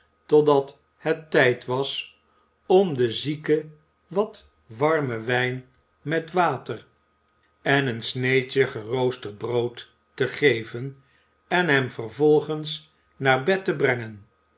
totdat het tijd was om den zieke wat warmen wijn met water en een sneedje geroosterd brood te geven en hem vervolgens naar bed te brengen